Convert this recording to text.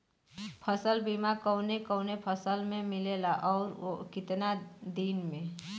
फ़सल बीमा कवने कवने फसल में मिलेला अउर कितना दिन में?